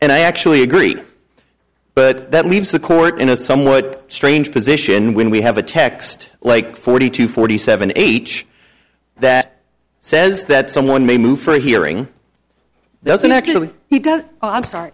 and i actually agree but that leaves the court in a somewhat strange position when we have a text like forty two forty seven eight that says that someone may move for a hearing doesn't actually he does i'm sorry